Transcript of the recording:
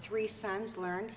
three sons learn